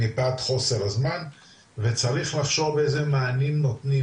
מפאת חוסר הזמן וצריך לחשוב איזה מענים נותנים,